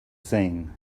seen